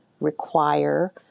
require